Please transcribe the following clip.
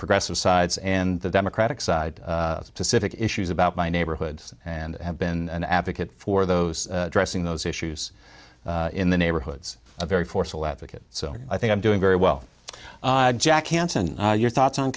progressive sides and the democratic side pacific issues about my neighborhoods and have been an advocate for those dressing those issues in the neighborhoods a very forceful advocate so i think i'm doing very well jack hanson your thoughts on